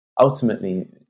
ultimately